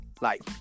life